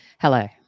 Hello